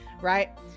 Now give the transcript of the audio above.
right